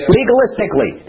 legalistically